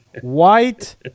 white